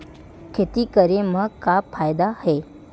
खेती करे म का फ़ायदा हे?